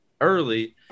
early